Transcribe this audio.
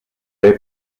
bay